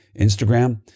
Instagram